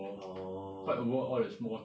orh